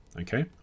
Okay